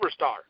superstar